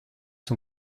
son